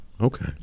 Okay